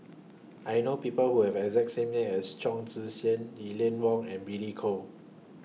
I know People Who Have exact same name as Chong Tze Chien Eleanor Wong and Billy Koh